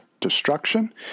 destruction